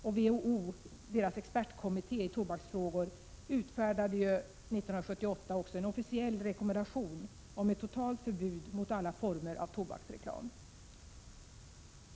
WHO:s expertkommitté i tobaksfrågor utfärdade 1978 en officiell rekommendation om ett totalt förbud mot alla former av tobaksreklam.